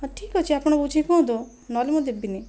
ହଁ ଠିକ ଅଛି ଆପଣ ବୁଝିକି କୁହନ୍ତୁ ନହେଲେ ମୁଁ ଦେବିନାହିଁ